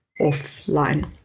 offline